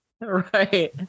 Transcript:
right